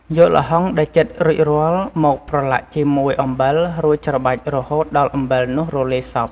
យកល្ហុងដែលចិតរួចរាល់ មកប្រឡាក់ជាមួយអំបិល រួចច្របាច់រហូតដល់អំបិលនោះរលាយសព្វ។